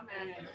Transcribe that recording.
Amen